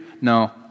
No